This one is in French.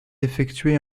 effectué